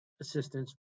assistance